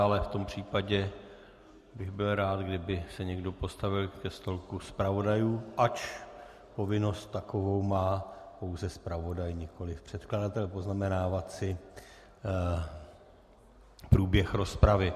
Ale v tom případě bych byl rád, kdyby se někdo posadil ke stolku zpravodajů, ač povinnost takovou má pouze zpravodaj, nikoliv předkladatel, poznamenávat si průběh rozpravy.